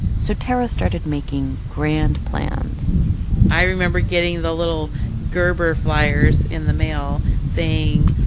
so tarra started making grand plans i remember getting the little gerber flyers in the mail saying,